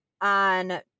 on